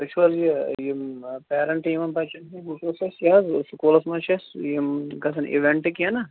تُہۍ چھُو حظ یہِ یِم پیرَنٹہٕ یِمن بَچَن ہٕنٛز وٕچھ اَسہِ یہِ حظ سکوٗلَس منٛز چھِ اَسہِ یِم گژھن اِویٚنٹ کیٚنٛہہ نہ